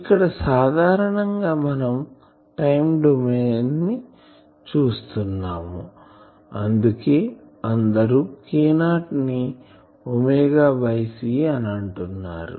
ఇక్కడ సాధారణంగా మనం టైం డొమైన్ చూస్తున్నాం అందుకే అందరు Ko ని ఒమేగా బై C అని అంటున్నారు